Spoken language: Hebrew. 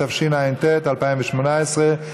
התשע"ט 2018,